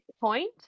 point